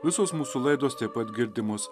visos mūsų laidos taip pat girdimos